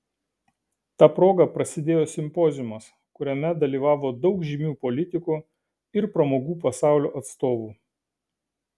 ta proga prasidėjo simpoziumas kuriame dalyvavo daug žymių politikų ir pramogų pasaulio atstovų